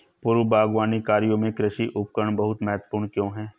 पूर्व बागवानी कार्यों में कृषि उपकरण बहुत महत्वपूर्ण क्यों है?